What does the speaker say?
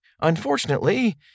Unfortunately